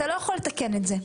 אתה לא יכול לתקן את זה.